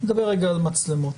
נדבר רגע על מצלמות